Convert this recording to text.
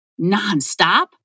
nonstop